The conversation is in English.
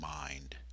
mind